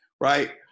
right